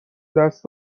دست